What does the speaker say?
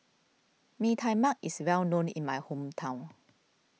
Mee Tai Mak is well known in my hometown